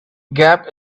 gap